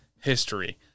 history